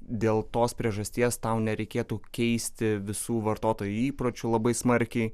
dėl tos priežasties tau nereikėtų keisti visų vartotojų įpročių labai smarkiai